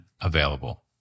available